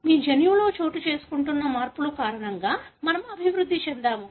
మీ జన్యువులో చోటుచేసుకుంటున్న మార్పుల కారణంగా మనము అభివృద్ధి చెందాము